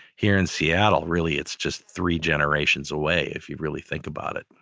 here in seattle, really it's just three generations away, if you really think about it.